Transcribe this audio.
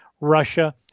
Russia